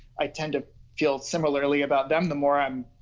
i tend to feel similarly about them the more i'm